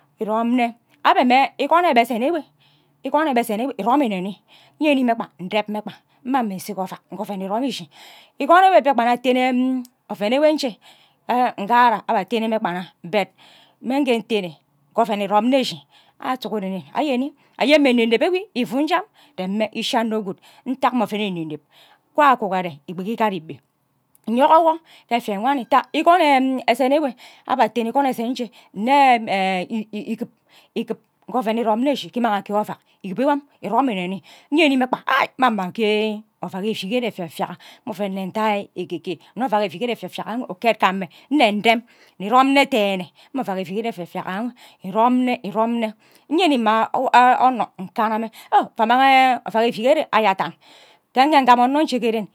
Irom nne abe mme igon nne egbe sen emog igon nne egbe sen ewe irom mmi nme nni nyeni mme kpa ndeb mme kpa mmang mme nse ke ovak oven irom ishi igon enwe mbiakpan aten oven enwe nje ngara atene mme gban nna but mme nje ntene nkor oven irom nne eshi awo sughoren ayeni anyen mma eneneb enwe ifu njam ndem ishi anno guud ntak mme oven meb eneb kueh atu akukere igbeki ka ari igbe nyogor wo ke efia wan nta nwe ezen ewe aba atene igon esem me nne ikibe ikib. Ghe oven iram nne eshi ke ignang akie ovak ikib ewem iromi nne nni nyeni mme kpa mma mme nkie ovak ke evikere efie fiaka me nne ndui ekie kie nne ovak evikere efiefiak ghen enwe uket gam mme nne ndem nni irom nne dene mme ovak evikere efiefiaka enwe irom nne irom nne nyeni mma onno nkana mme va mang ovok efi efikere aya dan nge nje ngam onno nje ke ren